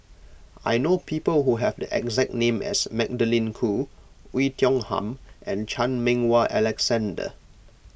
I know people who have the exact name as Magdalene Khoo Oei Tiong Ham and Chan Meng Wah Alexander